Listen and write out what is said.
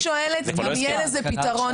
אני שואלת אם יהיה לזה פתרון,